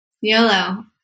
YOLO